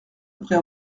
après